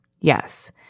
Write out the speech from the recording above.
yes